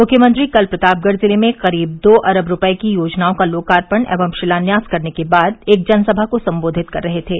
मुख्यमंत्री कल प्रतापगढ़ जिले में करीब दो अरब रूपये की योजनाओं का लोकार्पण एवं शिलान्यास करने के बाद एक जनसभा को सम्बोधित कर रहे थे